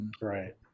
right